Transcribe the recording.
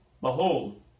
behold